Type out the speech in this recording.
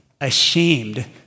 ashamed